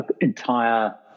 entire